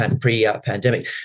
pre-pandemic